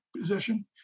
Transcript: position